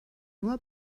nur